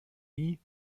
nie